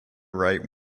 write